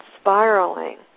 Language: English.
spiraling